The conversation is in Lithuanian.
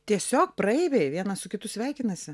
tiesiog praeiviai vienas su kitu sveikinasi